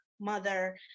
mother